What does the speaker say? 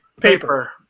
Paper